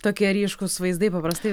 tokie ryškūs vaizdai paprastai